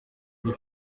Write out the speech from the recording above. muri